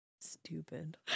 Stupid